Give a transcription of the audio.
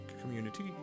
community